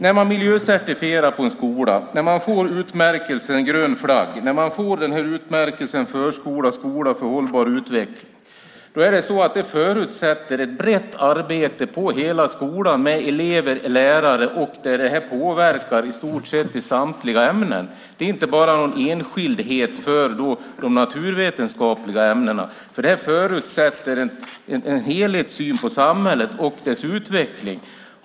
När man miljöcertifierar på en skola, när man får utmärkelsen Grön Flagg och när man får utmärkelsen Förskola och Skola för hållbar utveckling förutsätter det ett brett arbete på hela skolan med elever och lärare. Det här påverkar i stort sett i samtliga ämnen, så det är inte bara någon enskildhet för de naturvetenskapliga ämnena. Det förutsätter en helhetssyn på samhället och dess utveckling.